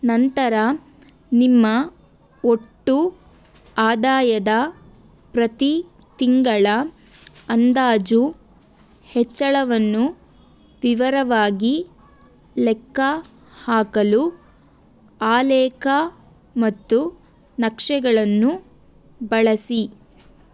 ನಂತರ ನಿಮ್ಮ ಒಟ್ಟು ಆದಾಯದ ಪ್ರತಿ ತಿಂಗಳ ಅಂದಾಜು ಹೆಚ್ಚಳವನ್ನು ವಿವರವಾಗಿ ಲೆಕ್ಕ ಹಾಕಲು ಆಲೇಕ ಮತ್ತು ನಕ್ಷೆಗಳನ್ನು ಬಳಸಿ